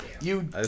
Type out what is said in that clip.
You-